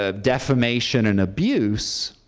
ah defamation and abuse